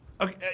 Okay